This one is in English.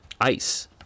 ice